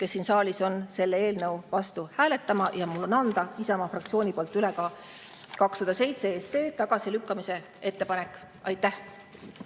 kes siin saalis on, selle eelnõu vastu hääletama. Ja mul on anda Isamaa fraktsiooni nimel üle 207 SE tagasilükkamise ettepanek. Aitäh!